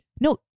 No